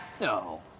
No